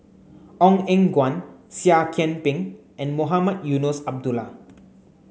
Ong Eng Guan Seah Kian Peng and Mohamed Eunos Abdullah